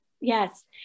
yes